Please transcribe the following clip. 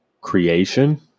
creation